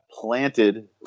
planted